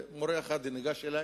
ומורה אחד ניגש אלי